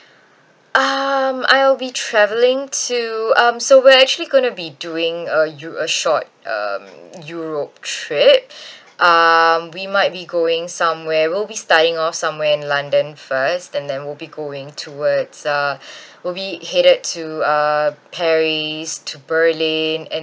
um I'll be travelling to um so we're actually going to be doing uh eu~ short um europe trip um we might be going somewhere we'll be starting off somewhere in london first and then we'll be going towards uh we'll be headed to uh paris to berlin and